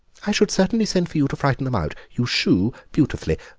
i should certainly send for you to frighten them out. you shoo beautifully.